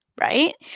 right